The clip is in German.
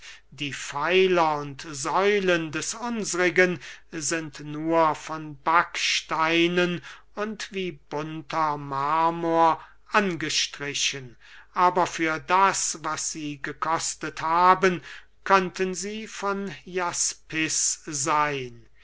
die pfeiler und säulen des unsrigen sind nur von backsteinen und wie bunter marmor angestrichen aber für das was sie gekostet haben könnten sie von jaspis seyn